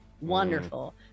wonderful